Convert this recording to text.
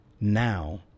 now